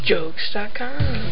Jokes.com